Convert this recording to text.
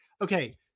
okay